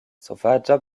sovaĝa